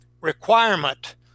requirement